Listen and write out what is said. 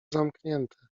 zamknięte